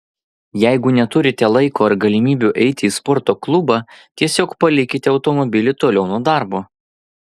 jeigu neturite laiko ar galimybių eiti į sporto klubą tiesiog palikite automobilį toliau nuo darbo